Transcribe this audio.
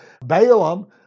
Balaam